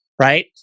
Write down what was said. Right